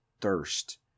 thirst